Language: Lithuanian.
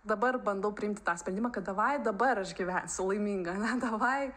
dabar bandau priimti tą sprendimą kad davai dabar aš gyvensiu laiminga ne davai